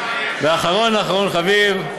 ואחרון אחרון חביב,